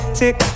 tick